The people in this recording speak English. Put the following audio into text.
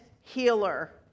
healer